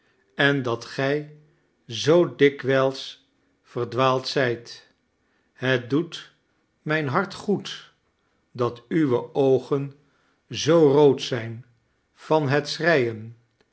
en dat gij zoo dikwijls verdwaald zijt het doet mijn hart goed dat uwe oogen zoo rood zijn van het schreien